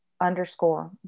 underscore